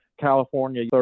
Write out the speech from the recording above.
California